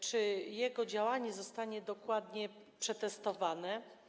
Czy jego działanie zostanie dokładnie przetestowane?